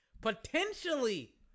potentially